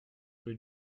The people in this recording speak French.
rue